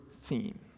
theme